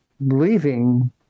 leaving